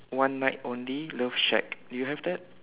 one night only love shack do you have that